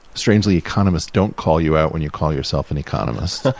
strangely, economists don't call you out when you call yourself an economist.